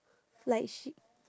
like she